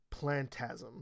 Plantasm